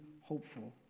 hopeful